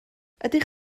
ydych